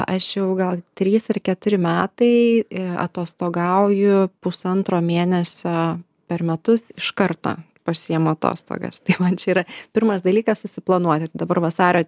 aš jau gal trys ar keturi metai atostogauju pusantro mėnesio per metus iš karto pasiimu atostogas tai man čia yra pirmas dalykas susiplanuot ir dabar vasario